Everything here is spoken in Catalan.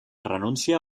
renúncia